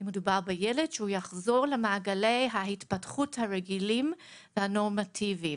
אם מדובר בילד שיחזור למעגלי ההתפתחות הרגילים והנורמטיביים.